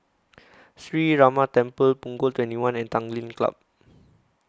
Sree Ramar Temple Punggol twenty one and Tanglin Club